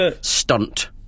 stunt